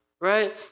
Right